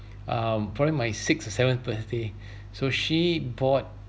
um probably my sixth or seventh birthday so she bought